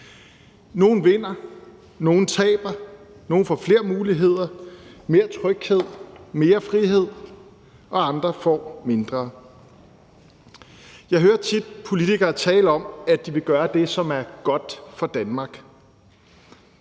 Nogle vinder, og nogle taber, nogle får flere muligheder, mere tryghed og mere frihed, og andre får mindre. Jeg hører tit politikere tale om, at de vil gøre det, som er godt for Danmark.